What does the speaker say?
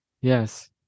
Yes